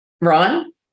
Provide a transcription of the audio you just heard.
Ron